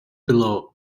below